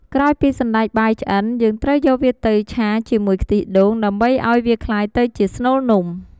ក្រោយពីសណ្ដែកបាយឆ្អិន យើងត្រូវយកវាទៅឆាជាមួយខ្ទិះដូង ដើម្បីឱ្យវាក្លាយទៅជាស្នូលនំ។